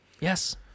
Yes